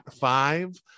five